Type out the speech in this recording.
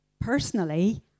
personally